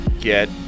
Get